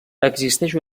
existeix